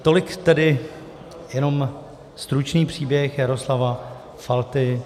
Tolik tedy jenom stručný příběh Jaroslava Falty.